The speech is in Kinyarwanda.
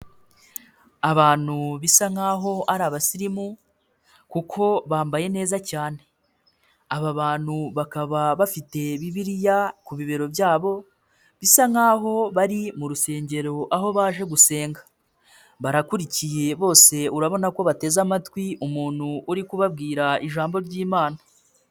Abantu bisa nkaho ari abasirimu kuko bambaye neza cyane. Aba bantu bakaba bafite bibiliya ku bibero byabo bisa nkaho bari mu rusengero aho baje gusenga. Barakurikiye bose urabona ko bateze amatwi umuntu uri kubabwira ijambo ry'Imana.